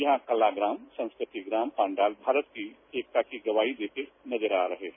यहां कलाग्राम संस्कृति ग्राम पंडाल भारत की एकता की गवाही देते नजर आ रहे है